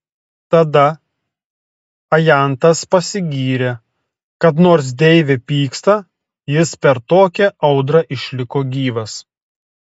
tada ajantas pasigyrė kad nors deivė pyksta jis per tokią audrą išliko gyvas